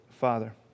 Father